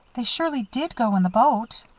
they surely did go in the boat?